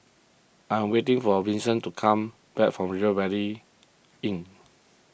I'm waiting for Vinson to come back from River Valley Inn